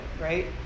right